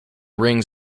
rings